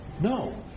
No